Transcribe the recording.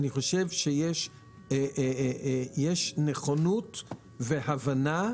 אני חושב שיש נכונות והבנה,